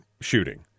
shooting